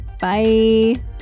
Bye